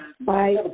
Bye